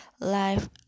life